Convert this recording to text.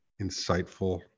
insightful